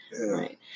Right